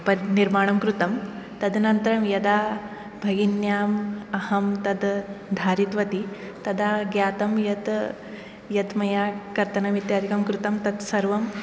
पद निर्माणं कृतं तदनन्तरं यदा भगिन्यां अहं तद् धारितवती तदा ज्ञातं यत् यत् मया कर्तनमित्यादिकं कृतं तत् सर्वम्